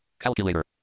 calculator